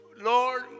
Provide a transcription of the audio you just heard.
Lord